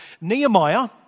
Nehemiah